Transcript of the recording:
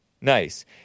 Nice